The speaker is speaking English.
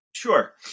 Sure